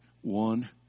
one